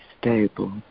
stable